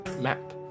map